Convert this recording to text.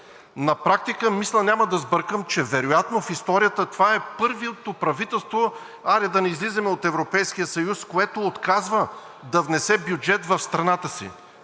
На практика, мисля няма да сбъркам, че вероятно в историята това е първото правителство, хайде да не излизаме от Европейския съюз, което отказва да внесе бюджет в страната си.